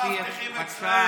כל המאבטחים אצלם.